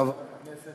חברת הכנסת